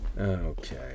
Okay